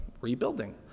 rebuilding